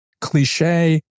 cliche